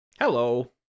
Hello